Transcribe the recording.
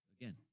Again